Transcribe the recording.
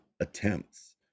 attempts